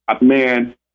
man